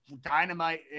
dynamite